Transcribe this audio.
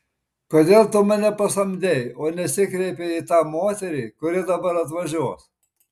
kodėl tu mane pasamdei o nesikreipei į tą moterį kuri dabar atvažiuos